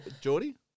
Geordie